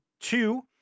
two